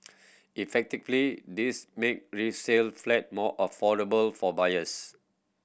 this make resale flat more affordable for buyers